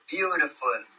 Beautiful